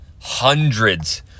Hundreds